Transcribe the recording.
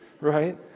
right